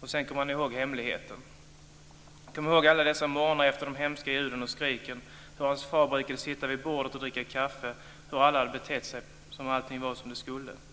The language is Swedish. Och sedan kom han ihåg hemligheten, kom ihåg alla dessa morgnar efter de hemska ljuden och skriken, hur hans far brukade sitta vid bordet och dricka kaffe, hur alla betett sig som om allt var precis som det skulle.